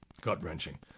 gut-wrenching